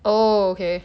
oh okay